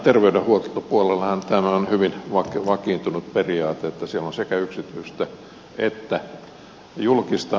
terveydenhuoltopuolellahan tämä on hyvin vakiintunut periaate että siellä on sekä yksityistä että julkista